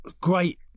great